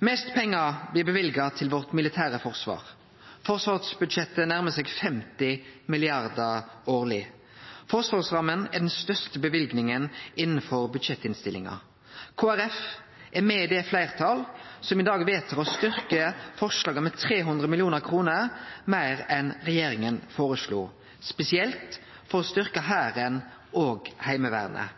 Mest pengar blir løyvde til det militære Forsvaret vårt. Forsvarsbudsjettet nærmar seg 50 mrd. kr årleg. Forsvarsramma er den største løyvinga i budsjettinnstillinga. Kristeleg Folkeparti er med i det fleirtalet som i dag vedtar å styrkje forslaget med 300 mill. kr meir enn regjeringa føreslo, spesielt for å styrkje Hæren og Heimevernet,